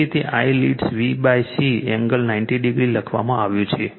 તેથી તે I leads VC angle 90 degree લખવામાં આવ્યું છે